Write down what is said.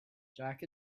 jack